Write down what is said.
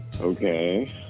Okay